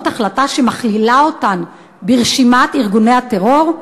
החלטה שמכלילה אותו ברשימת ארגוני הטרור?